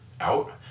out